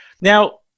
Now